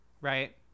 right